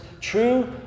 true